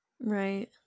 Right